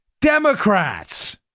Democrats